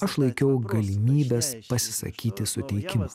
aš laikiau galimybės pasisakyti suteikimą